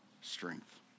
strength